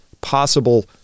possible